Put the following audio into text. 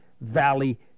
valley